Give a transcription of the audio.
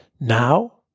Now